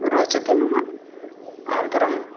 रोचते मम अनन्तरं